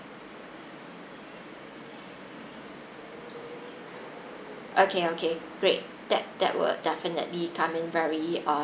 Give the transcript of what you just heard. okay okay great that that will definitely come in very err